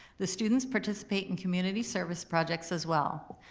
the students participate in community service projects as well,